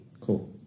cool